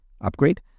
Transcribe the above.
upgrade